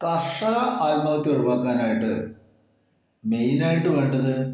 കർഷക ആത്മഹത്യ ഒഴിവാക്കാനായിട്ട് മെയിനായിട്ട് വേണ്ടത്